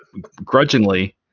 grudgingly